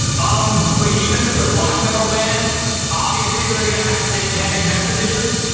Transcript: um behemoth is a black metal band obviously they're gonna have satanic messages.